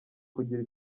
kugira